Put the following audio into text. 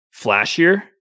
flashier